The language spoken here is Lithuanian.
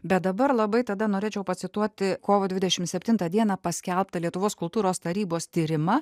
bet dabar labai tada norėčiau pacituoti kovo dvidešim septintą dieną paskelbtą lietuvos kultūros tarybos tyrimą